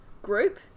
Group